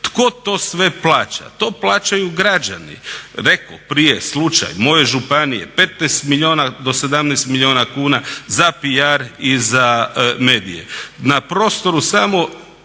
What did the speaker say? Tko to sve plaća? To plaćaju građani. Rekoh prije slučaj moje županije, 15 milijuna do 17 milijuna kuna za PR i za medije. Na prostoru samo